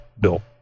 bill